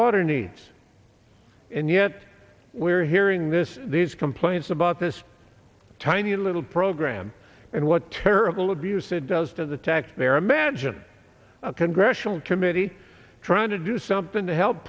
water needs and yet we're hearing this these complaints about this tiny little program and what terrible abuse it does to the taxpayer imagine a congressional committee trying to do something to help